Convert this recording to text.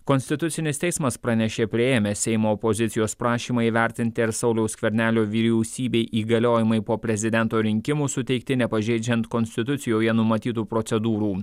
konstitucinis teismas pranešė priėmęs seimo opozicijos prašymą įvertinti ar sauliaus skvernelio vyriausybei įgaliojimai po prezidento rinkimų suteikti nepažeidžiant konstitucijoje numatytų procedūrų